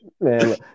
Man